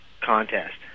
contest